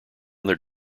their